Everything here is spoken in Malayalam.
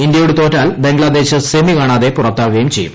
ഇന്ത്യയോട് തോറ്റാൽ ബംഗ്ലാദേശ് സെമി കാണാതെ പുറത്താകുകയും ചെയ്യും